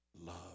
love